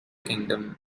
kingdom